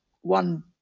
one